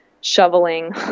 shoveling